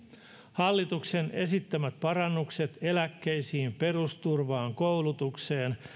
hallituksen esittämät parannukset eläkkeisiin perusturvaan koulutukseen